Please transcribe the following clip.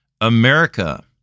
America